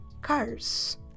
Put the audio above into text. cars